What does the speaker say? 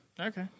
Okay